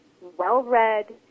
well-read